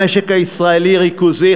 המשק הישראלי ריכוזי,